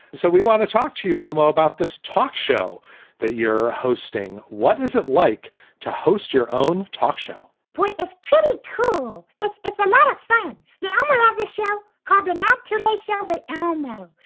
so we want to talk to you, elmo, about this talk show that you're hosting. what is it like to host your own talk show point? it's pretty cool. it's it's a lot of fun. yeah um how does it show cartoon that you might share with elmo?